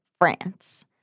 France